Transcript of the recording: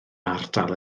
ardal